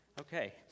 Okay